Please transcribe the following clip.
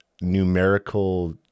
numerical